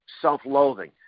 self-loathing